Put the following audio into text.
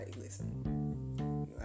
listen